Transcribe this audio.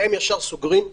הם ישר סוגרים,